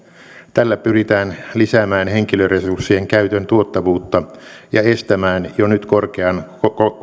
tällä pyritään lisäämään henkilöresurssien käytön tuottavuutta ja estämään jo nyt korkean